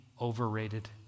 overrated